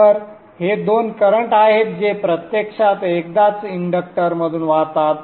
तर हे दोन करंट आहेत जे प्रत्यक्षात एकदाच इंडक्टरमधून वाहतात